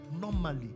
normally